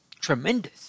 tremendous